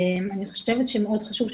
אני חושבת שמאוד חשוב,